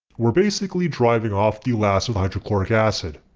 we're basically driving off the last of the hydrochloric acid.